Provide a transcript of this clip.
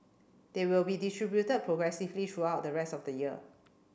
they will be distributed progressively throughout the rest of the year